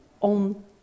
on